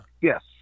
yes